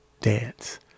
dance